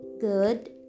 good